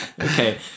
Okay